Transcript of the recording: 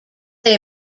they